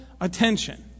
attention